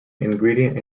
ingredient